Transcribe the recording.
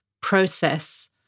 process